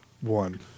one